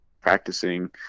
practicing